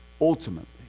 ultimately